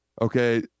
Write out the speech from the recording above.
okay